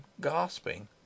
gasping